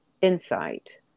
insight